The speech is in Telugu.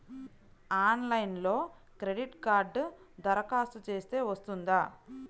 ఆన్లైన్లో క్రెడిట్ కార్డ్కి దరఖాస్తు చేస్తే వస్తుందా?